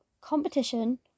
competition